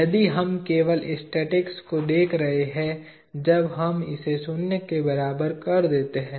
यदि हम केवल स्टैटिक्स को देख रहे हैं जब हम इसे शून्य के बराबर कर देते हैं